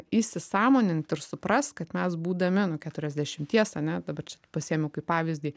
įsisąmonint ir suprast kad mes būdami nu keturiasdešimties ane dabar čia taip pasiėmiau kaip pavyzdį